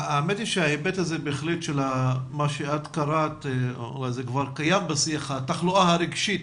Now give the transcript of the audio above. האמת היא שההיבט הזה של מה שקראת לו התחלואה הרגשית,